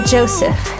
Joseph